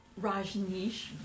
Rajneesh